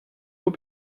aux